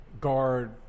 guard